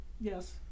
Yes